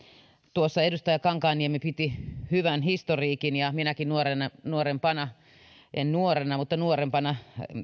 tuossa edustaja kankaanniemi piti hyvän historiikin minäkin nuorena nuorempana en nuorena mutta nuorempana